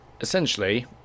essentially